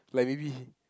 like maybe